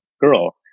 girl